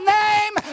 name